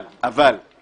אבל אני